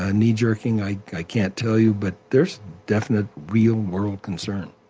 ah knee-jerking i i can't tell you, but there's definite real-world concern